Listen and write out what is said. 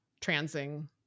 transing